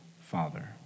Father